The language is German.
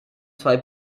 zwei